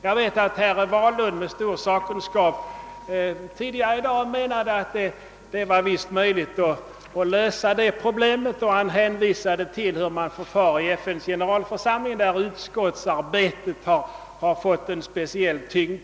— Jag vet att herr Wahlund med stor sakkunskap tidigare i dag betonade, att det visst skulle vara möjligt att lösa det problemet och att han hänvisade till hur man förfar i FN:s generalförsamling, där utskottsarbetet har fått en speciell tyngd.